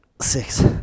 six